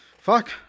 Fuck